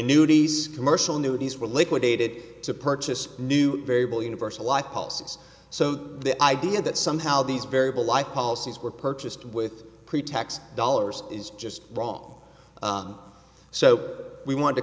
annuities commercial knew these were liquidated to purchase new variable universal life policies so the idea that somehow these variable life policies were purchased with pretax dollars is just wrong so we want to